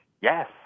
yes